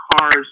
cars